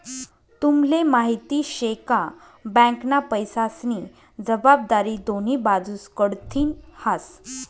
तुम्हले माहिती शे का? बँकना पैसास्नी जबाबदारी दोन्ही बाजूस कडथीन हास